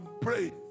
pray